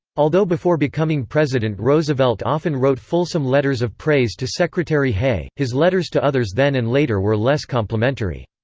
although before becoming president roosevelt often wrote fulsome letters of praise to secretary hay, his letters to others then and later were less complimentary.